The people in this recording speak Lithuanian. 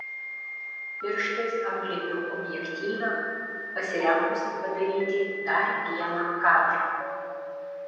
pirštais apglėbiau objektyvą pasirengusi padaryti dar vieną kadrą